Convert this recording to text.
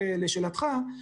לשאלתך,